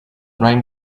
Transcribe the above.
rain